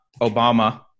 Obama